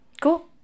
Cool